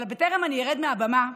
אבל בטרם ארד מהבמה,